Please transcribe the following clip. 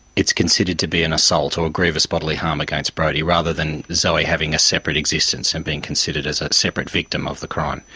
considered to be an assault or a grievous bodily harm against brodie rather than zoe having a separate existence and being considered as a separate victim of the crime.